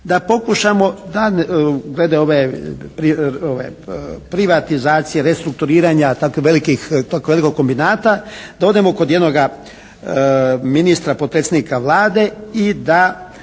da pokušamo glede ove privatizacije, restrukturiranja tako velikog kombinata da odemo kod jednoga ministra potpredsjednika Vlade i da